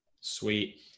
Sweet